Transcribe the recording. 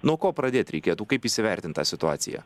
nuo ko pradėt reikėtų kaip įsivertint tą situaciją